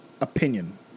opinion